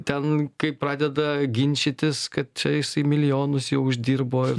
ten kai pradeda ginčytis kad čia jisai milijonus jau uždirbo ir